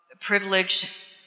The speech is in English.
privilege